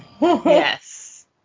yes